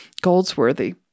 Goldsworthy